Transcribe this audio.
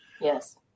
yes